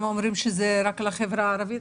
הם אומרים שזה רק לחברה הערבית.